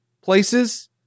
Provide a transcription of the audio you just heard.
places